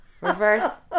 Reverse